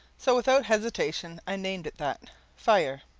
so without hesitation i named it that fire.